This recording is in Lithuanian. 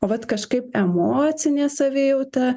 o vat kažkaip emocinė savijauta